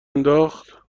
انداخت